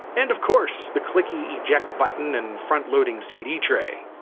and of course, the clicky eject button and front-loading cd tray.